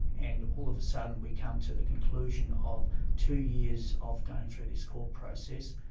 and all of a sudden we come to the conclusion of two years of going through this court process,